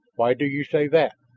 why do you say that?